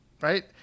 right